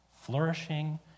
flourishing